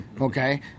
Okay